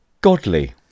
godly